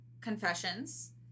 confessions